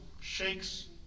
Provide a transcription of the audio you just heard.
shakes